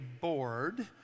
bored